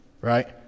right